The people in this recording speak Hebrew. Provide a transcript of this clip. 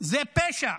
זה פשע.